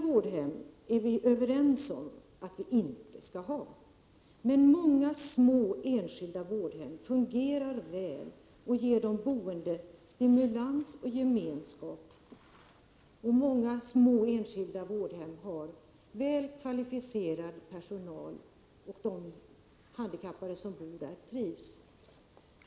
Vi är överens om att vi inte skall ha dåliga vårdhem. Men många små enskilda vårdhem fungerar väl och ger de boende stimulans och gemenskap. Många små enskilda vårdhem har väl kvalificerad personal, och de handikappade som bor där trivs.